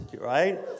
right